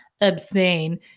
obscene